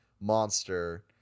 monster